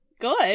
good